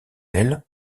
elle